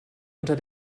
unter